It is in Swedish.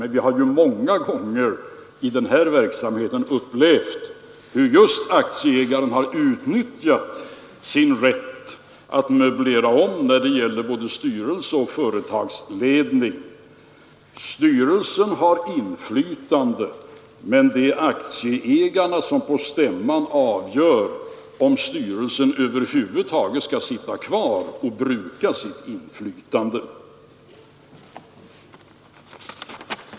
Men vi har många gånger i den här verksamheten fått uppleva hur aktieägaren har utnyttjat sin rätt att möblera om både när det gäller styrelse och företagsledning. Styrelsen har inflytande, men det är aktieägarna som på stämman avgör om styrelsen över huvud taget skall sitta kvar och bruka sitt inflytande.